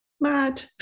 Mad